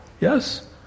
Yes